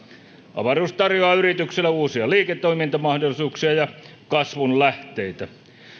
avaruus tarjoaa yrityksille uusia liiketoimintamahdollisuuksia ja kasvun lähteitä